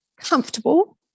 comfortable